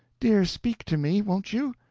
dear speak to me, won't you?